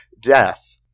death